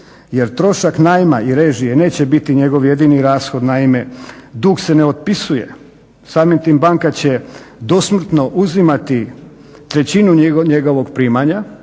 Jer trošak najma i režije neće biti njegov jedini rashod. Naime, dug se ne otpisuje, samim time banka će dosmrtno uzimati trećinu njegovog primanja